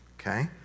Okay